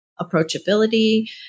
approachability